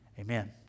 amen